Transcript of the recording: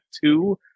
two